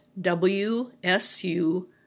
w-s-u